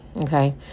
okay